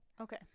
okay